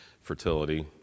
fertility